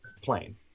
plane